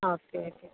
okay okay